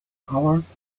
hours